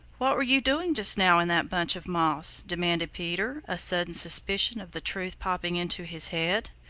what were you doing just now in that bunch of moss? demanded peter, a sudden suspicion of the truth hopping into his head.